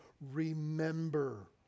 remember